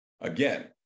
again